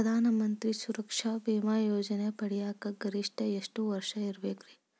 ಪ್ರಧಾನ ಮಂತ್ರಿ ಸುರಕ್ಷಾ ಭೇಮಾ ಯೋಜನೆ ಪಡಿಯಾಕ್ ಗರಿಷ್ಠ ಎಷ್ಟ ವರ್ಷ ಇರ್ಬೇಕ್ರಿ?